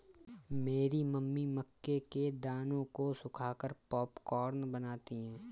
मेरी मम्मी मक्के के दानों को सुखाकर पॉपकॉर्न बनाती हैं